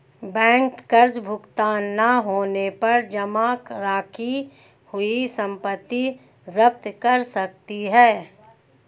bank कर्ज भुगतान न होने पर जमा रखी हुई संपत्ति जप्त कर सकती है